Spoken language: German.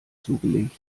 zugelegt